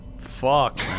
Fuck